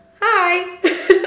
Hi